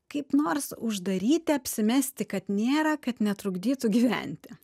kaip nors uždaryti apsimesti kad nėra kad netrukdytų gyventi